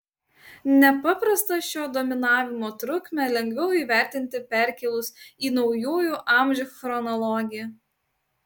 nepaprastą šio dominavimo trukmę lengviau įvertinti perkėlus į naujųjų amžių chronologiją